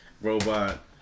robot